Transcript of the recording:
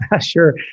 Sure